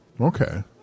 Okay